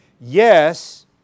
Yes